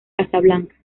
casablanca